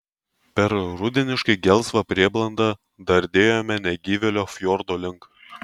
per rudeniškai gelsvą prieblandą dardėjome negyvėlio fjordo link